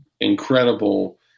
incredible